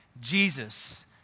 jesus